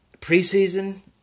preseason